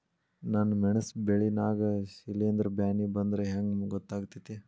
ನನ್ ಮೆಣಸ್ ಬೆಳಿ ನಾಗ ಶಿಲೇಂಧ್ರ ಬ್ಯಾನಿ ಬಂದ್ರ ಹೆಂಗ್ ಗೋತಾಗ್ತೆತಿ?